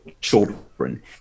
children